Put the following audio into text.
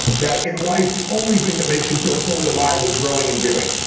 that, in life, the only thing that makes you feel fully alive is growing and giving,